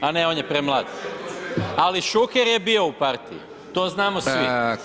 A ne on je premlad, ali Šuker je bio u partiji to znamo svi.